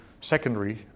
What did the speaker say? secondary